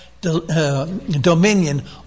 dominion